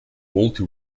multi